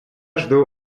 жду